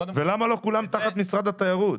ולמה לא כולם תחת משרד התיירות?